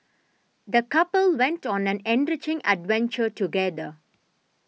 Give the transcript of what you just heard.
the couple went on an enriching adventure together